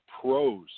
pros